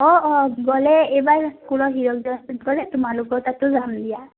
অঁ অঁ গ'লে এইবাৰ স্কুলৰ হীৰক জয়ন্তীত গ'লে তোমালোকৰ তাতো যাম দিয়া